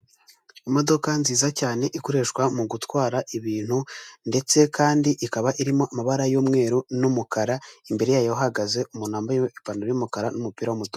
Iby'ibanze wakora mu gihe habayeho gusohoka kwa gaze, mu gihe uri nko mu nzu ushobora gusohoka cyangwa ugakoresha ubundi buryo bwakurinda kugira ngo itaza kukwangiza.